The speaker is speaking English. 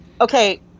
Okay